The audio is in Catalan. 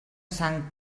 sant